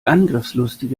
angriffslustige